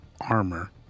armor